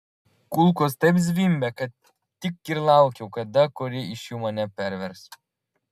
kulkos taip zvimbė kad tik ir laukiau kada kuri iš jų mane pervers